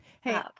Hey